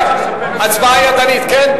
הצבעה ידנית, כן?